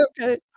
okay